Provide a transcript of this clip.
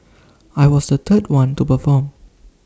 I was the third one to perform